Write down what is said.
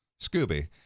scooby